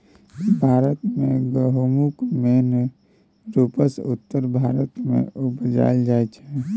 भारत मे गहुम मेन रुपसँ उत्तर भारत मे उपजाएल जाइ छै